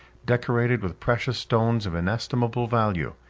decorated with precious stones of inestimable value.